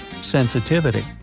Sensitivity